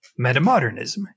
metamodernism